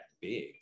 big